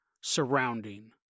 surrounding